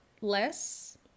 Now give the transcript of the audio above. less